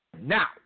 Now